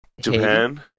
Japan